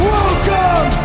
Welcome